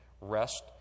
rest